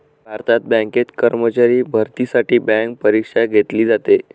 भारतात बँकेत कर्मचारी भरतीसाठी बँक परीक्षा घेतली जाते